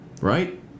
right